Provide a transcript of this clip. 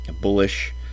bullish